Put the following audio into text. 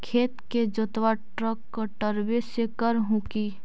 खेत के जोतबा ट्रकटर्बे से कर हू की?